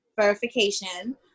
verification